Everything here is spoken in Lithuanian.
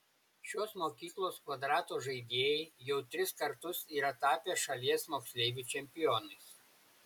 šios mokyklos kvadrato žaidėjai jau tris kartus yra tapę šalies moksleivių čempionais